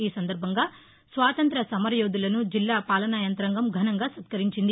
ఈ సందర్బంగా స్వాతంత్ర్య సమరయోధులను జిల్లా పాలనాయంత్రాంగం ఘనంగా సత్కరించింది